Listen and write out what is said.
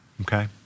Okay